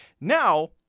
Now